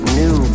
new